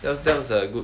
that was a good